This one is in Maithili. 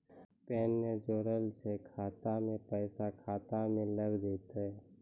पैन ने जोड़लऽ छै खाता मे पैसा खाता मे लग जयतै?